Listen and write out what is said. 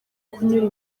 kunyura